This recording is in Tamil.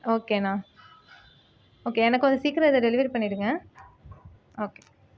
ஓகேண்ணா ஓகே எனக்கு கொஞ்சம் சீக்கிரம் இதை டெலிவரி பண்ணிடுங்க ஓகே